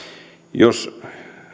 jos